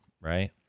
right